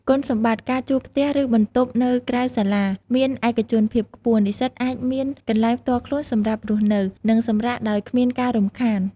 គុណសម្បត្តិ ការជួលផ្ទះ ឬបន្ទប់នៅក្រៅសាលា មាន ឯកជនភាពខ្ពស់ និស្សិតអាចមានកន្លែងផ្ទាល់ខ្លួនសម្រាប់រស់នៅ និងសម្រាកដោយគ្មានការរំខាន។